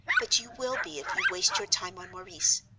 but you will be if you waste your time on maurice.